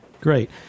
Great